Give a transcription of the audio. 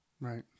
Right